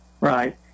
Right